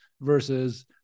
versus